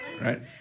right